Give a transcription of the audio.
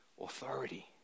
authority